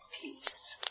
peace